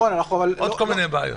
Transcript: ועוד כל מיני בעיות.